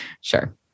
sure